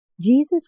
Jesus